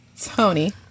Tony